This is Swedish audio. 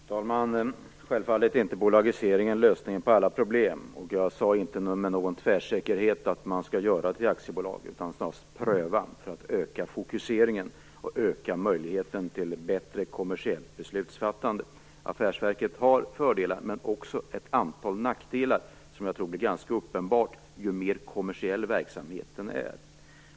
Fru talman! Självfallet är inte bolagisering lösningen på alla problem. Jag sade inte heller med någon tvärsäkerhet att det skall göras ett bolag, utan snarare att det skall prövas, för att öka fokuseringen och öka möjligheten till bättre kommersiellt beslutsfattande. Affärsverket har fördelar men också ett antal nackdelar, som blir ganska uppenbara ju mer kommersiell verksamheten är.